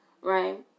right